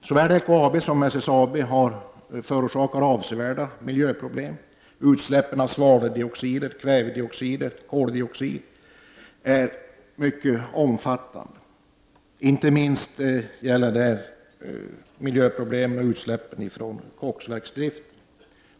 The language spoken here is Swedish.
Såväl LKAB som SSAB förorsakar avsevärda miljöproblem. Utsläppen av svaveldioxid, kvävedioxider och koldioxid är mycket omfattande. Inte minst gäller det miljöproblem orsakade av utsläpp från koksverksdriften.